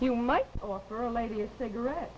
you might offer a lady a cigarette